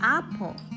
Apple